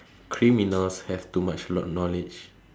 criminals have too much kno~ knowledge